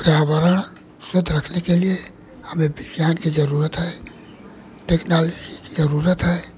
पर्यावरण शुद्ध रखने के लिए हमें विज्ञान की ज़रूरत है टेक्नोलोजी की ज़रूरत हैं